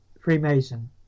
Freemason